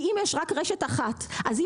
אם יש רק רשת אחת כזו,